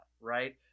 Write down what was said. right